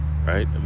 Right